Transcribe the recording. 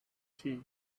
tea